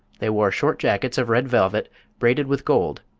they wore short jackets of red velvet braided with gold,